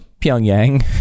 Pyongyang